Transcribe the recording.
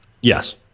Yes